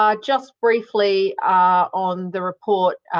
ah just briefly on the report,